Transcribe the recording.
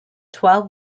twelve